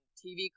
tv